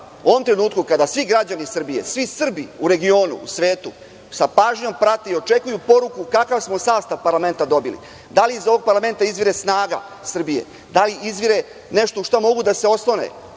u ovom trenutku, kada svi građani Srbije, svi Srbi u regionu i svetu sa pažnjom prate i očekuju poruku kakav smo sastav parlamenta dobili, da li iz ovog parlamenta izvire snaga Srbije, da li izvire nešto na šta mogu da se oslone,